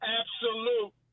absolute